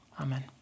Amen